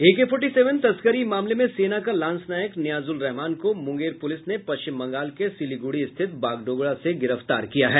एके forty seven तस्करी मामले में सेना का लांस नायक नियाजूल रहमान को मुंगेर पुलिस ने पश्चिम बंगाल के सिलीगुड़ी स्थित बागडोगरा से गिरफ्तार किया है